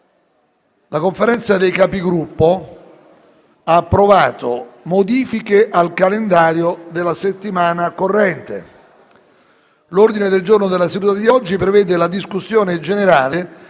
la Conferenza dei Capigruppo ha approvato modifiche al calendario della settimana corrente. L'ordine del giorno della seduta di oggi prevede la discussione generale